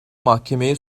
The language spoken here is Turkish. mahkemeye